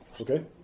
Okay